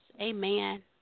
Amen